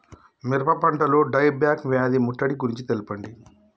మిరప పంటలో die back వ్యాధి ముట్టడి గురించి తెల్పండి?